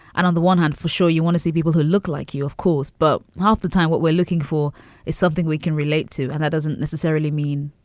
and on the one hand, for sure, you want to see people who look like you, of course. but half the time what we're looking for is something we can relate to. and that doesn't necessarily mean,